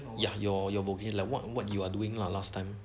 ya your your vocay like what what you are doing lah last time